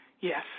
Yes